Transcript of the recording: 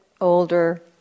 older